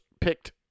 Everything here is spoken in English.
picked